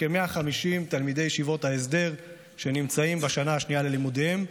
וכ-150 תלמידי ישיבות ההסדר שנמצאים בשנה השנייה ללימודיהם,